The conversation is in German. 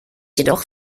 jedoch